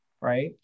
right